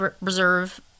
reserve